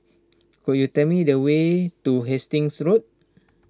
could you tell me the way to Hastings Road